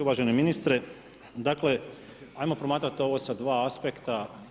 Uvaženi ministre, dakle, ajmo promatrati ovo sa 2 aspekta.